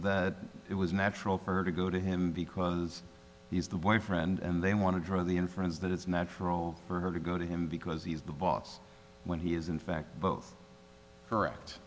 that it was natural for her to go to him because he's the one friend and they want to draw the inference that it's natural for her to go to him because he's the boss when he is in fact both correct